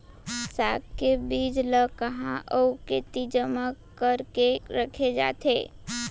साग के बीज ला कहाँ अऊ केती जेमा करके रखे जाथे?